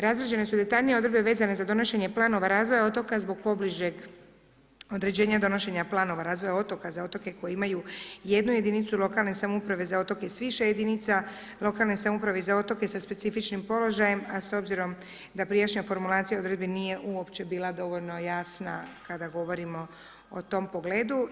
Razrađene su detaljnije odredbe vezane za donošenje planova razvoja otoka zbog pobližeg određenja donošenja planova razvoja otoka za otoke koji imaju jednu jedinicu lokalne samouprave za otoke sa više jedinica, lokalne samouprave za otoke sa specifičnim položajem a s obzirom da prijašnja formulacija odredbi nije uopće bila dovoljno jasna kada govorimo o tom pogledu.